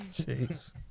Jeez